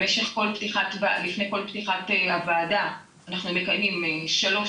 לפני כל פתיחת הוועדה אנחנו מקיימים שלוש